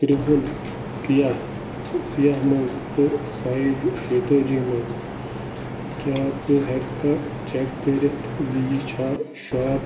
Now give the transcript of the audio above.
کِرٛہُن سِیاہ سِیاہ منٛز تہٕ سایِز شیٚتٲجی منٛز کیٛاہ ژٕ ہیٚککھا چیک کٔرِتھ زِ یہِ چھا شاپ